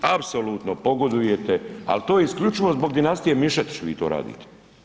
Apsolutno pogodujete, ali to isključivo zbog dinastije Mišetić vi to radite.